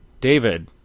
David